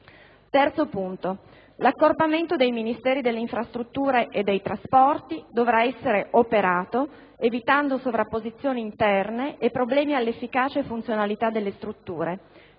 rilevato che l'accorpamento dei Ministeri delle infrastrutture e dei trasporti dovrà essere operato evitando sovrapposizioni interne e problemi alla efficacia e funzionalità delle strutture,